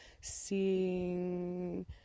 seeing